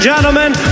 gentlemen